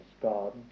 God